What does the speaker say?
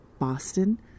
Boston